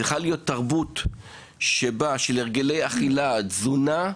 צריכה להיות תרבות טובה יותר של הרגלי אכילה ושל תזונה.